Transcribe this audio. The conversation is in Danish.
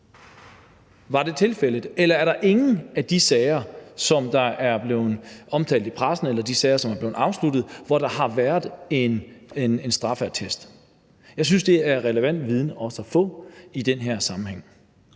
Var det tilfældet? Eller er der ingen af de sager, som er blevet omtalt i pressen, eller som er blevet afsluttet, hvor der har været en straffeattest? Jeg synes også, det er relevant viden at få i den her sammenhæng.